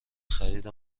خرید